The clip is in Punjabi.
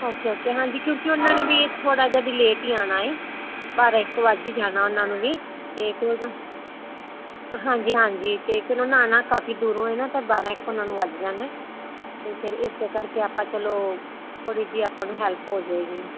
ਓਕੇ ਓਕੇ ਹਾਂਜੀ ਕਿਉਂਕਿ ਉਹਨਾਂ ਨੇ ਵੀ ਥੋੜਾ ਜਿਹਾ ਵੀ ਲੇਟ ਈ ਆਣਾ ਏ ਬਾਰਾਂ ਇੱਕ ਵੱਜ ਈ ਜਾਣਾ ਉਹਨਾਂ ਨੂੰ ਵੀ ਤੇ ਕੁਝ ਹਾਂਜੀ ਹਾਂਜੀ ਤੇ ਫਿਰ ਉਹਨਾ ਆਣਾ ਕਾਫੀ ਦੂਰੋਂ ਨੇ ਨਾ ਤਾਂ ਬਾਰਾਂ ਇਕ ਉਹਨਾਂ ਨੂੰ ਵੱਜ ਜਾਣਾ ਤੇ ਫਿਰ ਇਸੇ ਕਰਕੇ ਆਪਾਂ ਚਲੋ ਥੋੜੀ ਜੀ ਆਪਾਂ ਨੂੰ ਹੈਲਪ ਹੋ ਜਾਏਗੀ